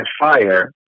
fire